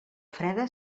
freda